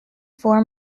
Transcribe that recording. four